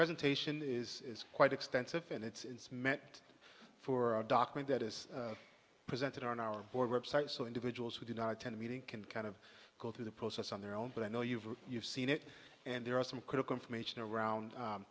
presentation is quite extensive and it's meant for a document that is presented on our board web site so individuals who do not attend a meeting can kind of go through the process on their own but i know you've you've seen it and there are some critical information